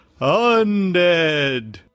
undead